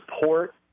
support